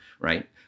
right